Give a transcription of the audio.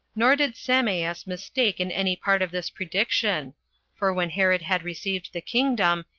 nor did sameas mistake in any part of this prediction for when herod had received the kingdom,